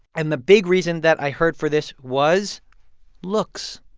and the big reason that i heard for this was looks.